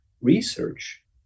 research